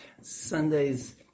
Sunday's